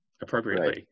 appropriately